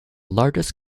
largest